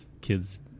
Kids